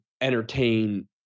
entertain